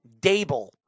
Dable